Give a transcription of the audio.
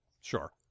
Sure